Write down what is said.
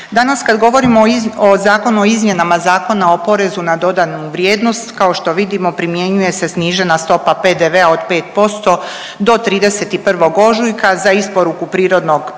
danas kad govorimo o Zakonu o izmjenama Zakona o porezu na dodanu vrijednost kao što vidimo primjenjuje se snižena stopa PDV-a od 5% do 31. ožujka za isporuku prirodnog plina